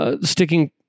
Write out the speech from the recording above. Sticking